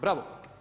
Bravo.